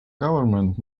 government